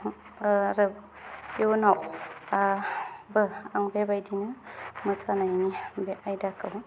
आरो इयुनिवबो आं बेबायदिनो मोसानायनि बे आयदाखौ